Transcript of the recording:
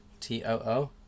T-O-O